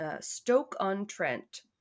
Stoke-on-Trent